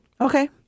Okay